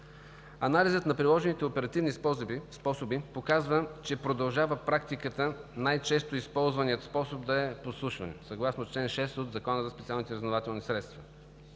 Анализът на приложените оперативни способи показва, че продължава практиката най-често използваният способ да е подслушването съгласно чл. 6 от Закона за специалните разузнавателни средства,